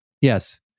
Yes